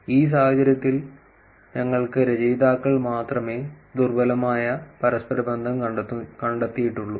ഈ സാഹചര്യത്തിൽ ഞങ്ങൾക്ക് രചയിതാക്കൾ മാത്രമേ ദുർബലമായ പരസ്പരബന്ധം കണ്ടെത്തിയിട്ടുള്ളൂ